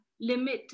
limit